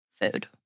food